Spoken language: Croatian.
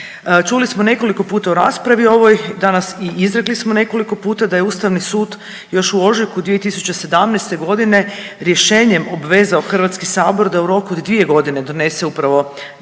Čuli smo nekoliko puta u raspravi ovoj danas i izrekli smo nekoliko puta da je Ustavni sud još u ožujku 2017. godine rješenjem obvezao Hrvatski sabor da u roku od 2 godine donese upravo novi